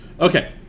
Okay